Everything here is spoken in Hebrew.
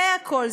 זה הכול.